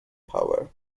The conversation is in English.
power